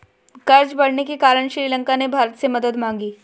कर्ज बढ़ने के कारण श्रीलंका ने भारत से मदद मांगी